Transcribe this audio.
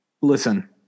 listen